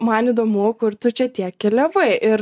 man įdomu kur tu čia tiek keliavai ir